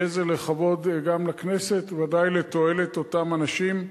יהיה זה לכבוד גם לכנסת, ודאי לתועלת אותם אנשים,